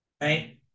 right